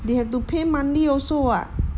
they have to pay monthly also [what]